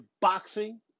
Boxing